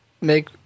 make